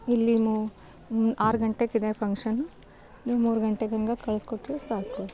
ಇಲ್ಲಿ ಮು ಆರು ಗಂಟೆಗಿದೆ ಫಂಕ್ಷನು ನೀವು ಮೂರು ಗಂಟೆಗೆ ಹಂಗೆ ಕಳ್ಸ್ಕೊಟ್ರೆ ಸಾಕು